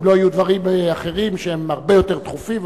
אם לא יהיו דברים אחרים שהם הרבה יותר דחופים,